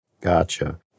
Gotcha